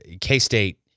K-State